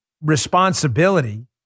responsibility